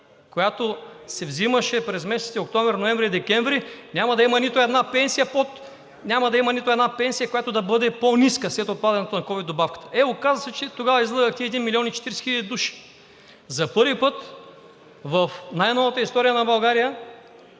която се вземаше през месеците октомври, ноември и декември, няма да има нито една пенсия, която да бъде по-ниска след отпадането на ковид добавката. Е, оказа се, че тогава излъгахте един милион и четиридесет хиляди души. За първи път в най-новата история на България